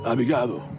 Abigado